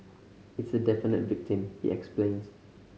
it's a definite victim he explains